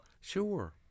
Sure